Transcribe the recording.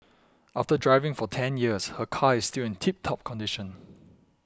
after driving for ten years her car is still in tip top condition